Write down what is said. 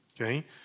Okay